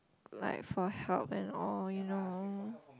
like for help and all you know